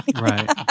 Right